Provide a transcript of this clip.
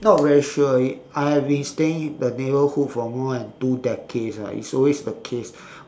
not very sure eh I have been staying the neighbourhood for more than two decades lah it is always the case